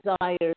desires